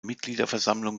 mitgliederversammlung